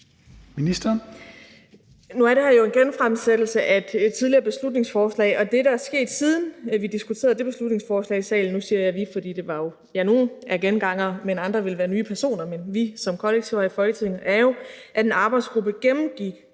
Nu er det her jo en genfremsættelse af et tidligere beslutningsforslag, og det, der er sket, siden vi diskuterede det beslutningsforslag i salen – og nu siger jeg vi, for nogle er jo gengangere, mens andre er nye personer, men vi som kollektiv her i Folketinget – er jo, at en arbejdsgruppe gennemgik